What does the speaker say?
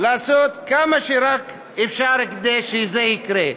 לעשות מה שרק אפשר כדי שזה יקרה.